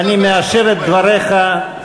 אני מאשר את דבריך.